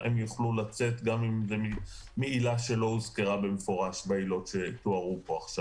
הם יוכלו לצאת גם מעילה שלא הוזכרה במפורש בעילות שהוזכרו פה.